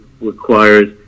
requires